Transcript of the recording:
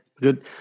good